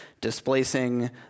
displacing